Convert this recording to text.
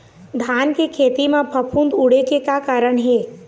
धान के खेती म फफूंद उड़े के का कारण हे?